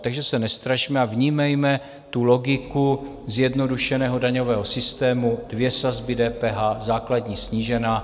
Takže se nestrašme a vnímejme tu logiku zjednodušeného daňového systému, dvě sazby DPH základní, snížená.